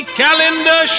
calendar